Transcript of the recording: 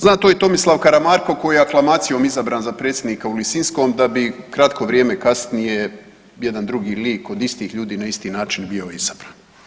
Zna to i Tomislav Karamarko koji je aklamacijom izabran za predsjednika u Lisinskom da bi kratko vrijeme kasnije jedan drugi lik od istih ljudi na isti način bio izabran.